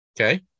Okay